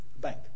bank